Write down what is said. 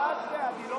אני לא